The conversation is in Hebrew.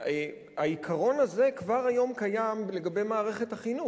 העיקרון הזה היום קיים לגבי מערכת החינוך.